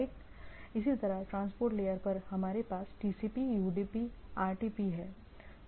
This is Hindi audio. इसी तरह ट्रांसपोर्ट लेयर पर हमारे पास टीसीपी यूडीपी आरटीपी हैं